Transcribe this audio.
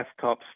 desktops